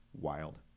Wild